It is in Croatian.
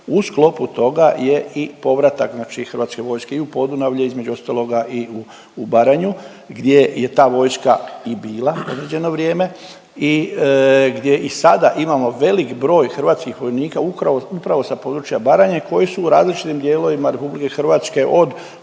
U sklopu toga je i povratak znači hrvatske vojske i u Podunavlje između ostaloga i u, u Baranju gdje je ta vojska i bila određeno vrijeme i gdje i sada imamo veliki broj hrvatskih vojnika upravo, upravo sa područja Baranje koji su u različitim dijelovima RH, od